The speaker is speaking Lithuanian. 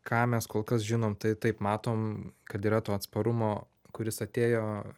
ką mes kol kas žinom tai taip matom kad yra to atsparumo kuris atėjo